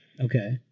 Okay